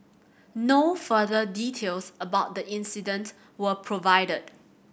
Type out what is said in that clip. no further details about the incident were provided